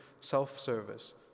self-service